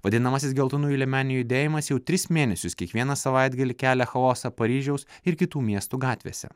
vadinamasis geltonųjų liemenių judėjimas jau tris mėnesius kiekvieną savaitgalį kelia chaosą paryžiaus ir kitų miestų gatvėse